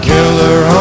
Killer